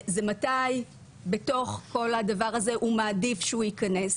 הוא מתי בתוך כל הדבר הזה הוא מעדיף שהוא ייכנס,